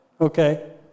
okay